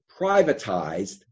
privatized